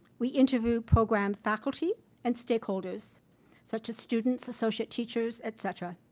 we interview program faculty and stakeholders such as students, associate teachers, etc.